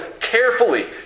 carefully